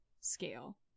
scale